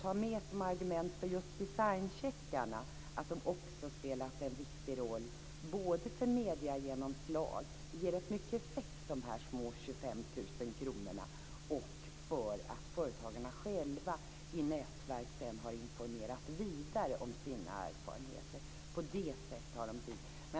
Ta med som argument för just designcheckarna att de spelat en viktig roll för mediegenomslaget - de små 25 000 kronorna ger rätt mycket effekt - och för att företagarna själva i nätverk sedan har informerat vidare om sina erfarenheter!